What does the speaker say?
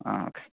ஆ okay